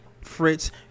Fritz